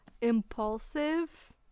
impulsive